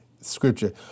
scripture